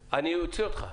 סמי, אני אוציא אותך.